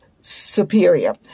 superior